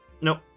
nope